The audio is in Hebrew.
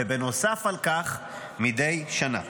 ונוסף על כך מדי שנה.